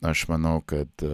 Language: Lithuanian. aš manau kad